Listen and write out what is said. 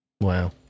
Wow